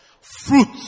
fruit